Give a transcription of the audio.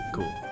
Cool